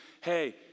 hey